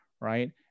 right